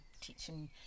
teaching